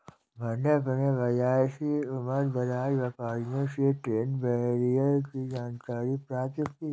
मैंने अपने बाज़ार के उमरदराज व्यापारियों से ट्रेड बैरियर की जानकारी प्राप्त की है